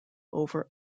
over